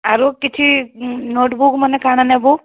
ଆରୁ କିଛି ନୋଟବୁକ୍ ମାନେ କାଣା ନେବୁ